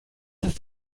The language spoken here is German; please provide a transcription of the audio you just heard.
ist